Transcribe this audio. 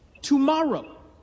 tomorrow